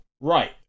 right